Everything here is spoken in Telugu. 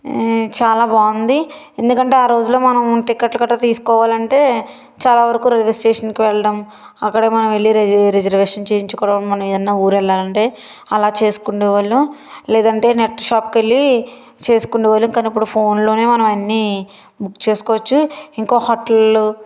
చాలా బాగుంది ఎందుకంటే ఆ రోజుల్లో మనం టికెట్లు కట్టా తీసుకోవాలంటే చాలా వరకు రైల్వే స్టేషన్కి వెళ్ళడం అక్కడకి మనం వెళ్ళి రిజర్వేషన్ చేయించుకోవడం మనం ఏదన్నా ఊరు వెళ్ళాలంటే అలా చేసుకునే వాళ్ళు లేదంటే నెట్ షాప్కి వెళ్ళి చేసుకునే వాళ్ళు కాని ఇప్పుడు ఫోన్లోనే మనం అన్నీ బుక్ చేసుకోవచ్చు ఇంకా హోటళ్లు